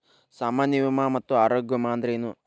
ಸಾಮಾನ್ಯ ವಿಮಾ ಮತ್ತ ಆರೋಗ್ಯ ವಿಮಾ ಅಂದ್ರೇನು?